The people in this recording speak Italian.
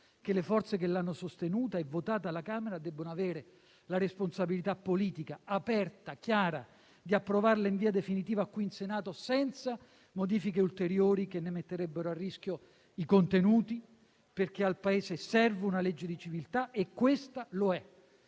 che le forze che l'hanno sostenuta e votata alla Camera devono avere la responsabilità politica aperta e chiara di approvarla in via definitiva qui in Senato, senza modifiche ulteriori che ne metterebbero a rischio i contenuti. Al Paese serve infatti una legge di civiltà e questa lo è,